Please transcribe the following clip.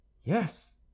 yes